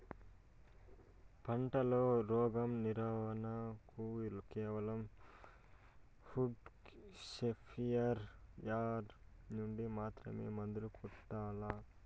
పంట లో, రోగం నివారణ కు కేవలం హ్యాండ్ స్ప్రేయార్ యార్ నుండి మాత్రమే మందులు కొట్టల్లా?